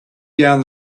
down